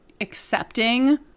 accepting